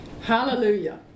Hallelujah